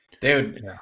Dude